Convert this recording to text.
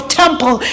temple